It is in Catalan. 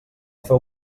feu